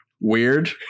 Weird